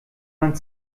man